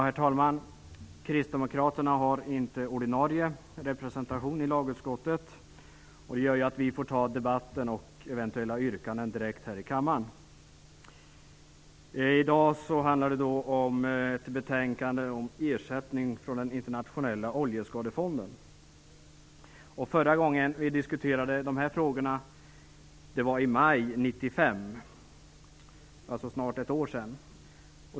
Herr talman! Kristdemokraterna har inte ordinarie representation i lagutskottet. Det gör att vi får ta debatten och eventuella yrkanden direkt här i kammaren. I dag handlar det om ett betänkande om ersättning från den internationella oljeskadefonden. Förra gången vi diskuterade de här frågorna var i maj 1995, alltså för snart ett år sedan.